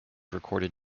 recorded